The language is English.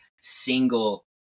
single